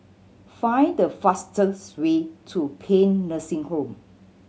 find the fastest way to Paean Nursing Home